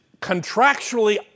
contractually